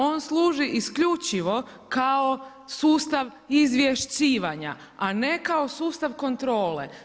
On služi isključivo kao sustav izvješćivanja a ne kao sustav kontrole.